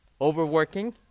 overworking